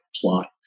plot